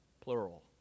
plural